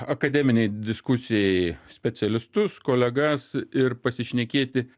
akademinei diskusijai specialistus kolegas ir pasišnekėti